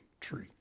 tree